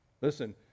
Listen